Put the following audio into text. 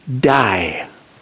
die